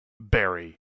Barry